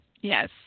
Yes